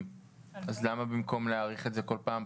אז למה במקום להאריך את זה כל פעם,